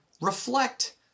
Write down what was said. reflect